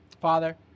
Father